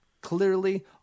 Clearly